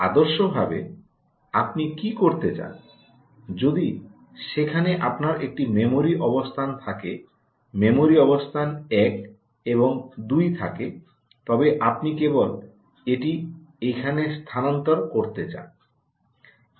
আদর্শভাবে আপনি কী করতে চান যদি সেখানে আপনার একটি মেমরি অবস্থান থাকে মেমরি অবস্থান 1 এবং 2 থাকে তবে আপনি কেবল এটি এখানে স্থানান্তর করতে চান